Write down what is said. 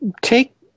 take